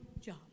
job